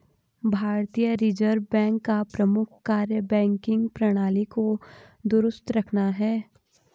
भारतीय reserve bank का प्रमुख कार्य बैंकिंग प्रणाली को दुरुस्त रखना है